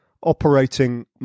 operating